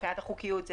מבחינת החוקיות,